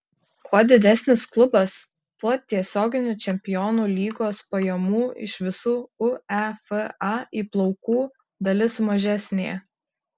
kuo didesnis klubas tuo tiesioginių čempionų lygos pajamų iš visų uefa įplaukų dalis mažesnė